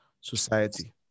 society